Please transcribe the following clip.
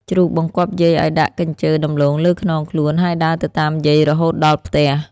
ជ្រូក បង្គាប់យាយឱ្យដាក់កញ្ជើរដំឡូងលើខ្នងខ្លួន ហើយដើរទៅតាមយាយរហូតដល់ផ្ទះ។